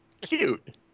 Cute